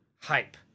hype